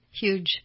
Huge